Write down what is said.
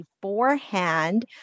beforehand